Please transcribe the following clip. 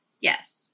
yes